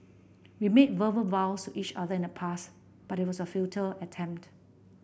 we made verbal vows to each other in the past but it was a futile attempt